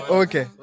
okay